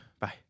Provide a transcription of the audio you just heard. bye